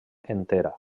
entera